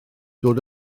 dod